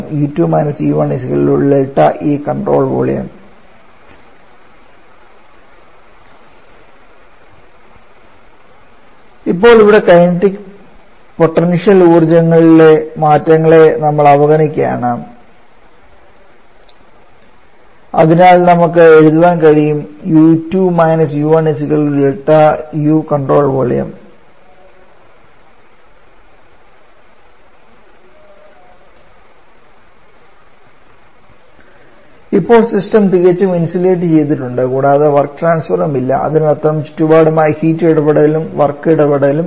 𝐸2 − 𝐸1 ∆𝐸𝑐𝑜𝑛𝑡𝑟𝑜𝑙 𝑣𝑜𝑙𝑢𝑚𝑒 ഇപ്പോൾ ഇവിടെ kinetic potential ഊർജ്ജങ്ങൾ ഇലെ മാറ്റങ്ങളെ നമ്മൾ അവഗണിക്കുകയാണ് അതിനാൽ നമുക്ക് എഴുതാനും കഴിയും 𝑈2 − 𝑈1 ∆𝑈𝑐𝑜𝑛𝑡𝑟𝑜𝑙 𝑣𝑜𝑙𝑢𝑚𝑒 ഇപ്പോൾ സിസ്റ്റം തികച്ചും ഇൻസുലേറ്റ് ചെയ്തിട്ടുണ്ട് കൂടാതെ വർക്ക് ട്രാൻസ്ഫറുകളും ഇല്ല അതിനർത്ഥം ചുറ്റുപാടുമായി ഹീറ്റ് ഇടപെടലും വർക്ക് ഇടപെടലും ഇല്ല